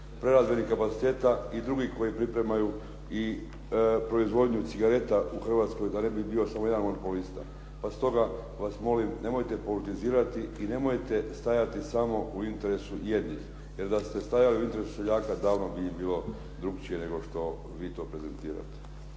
kapaciteta i drugi koji pripremaju i proizvodnju cigareta u Hrvatskoj da ne bi bio samo jedan monopolista. Pa stoga vas molim, nemojte politizirati i nemojte stajati samo u interesu jednih, jer da ste stajali u interesu seljaka davno bi im bilo drukčije nego što vi to prezentirate.